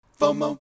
fomo